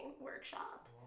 workshop